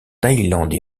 thaïlande